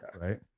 right